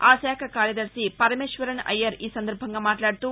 ఆ శాఖ కార్యదర్శి పరమేశ్వరన్ అయ్యర్ ఈ సందర్భంగా మాట్లాడుతూ